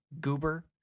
goober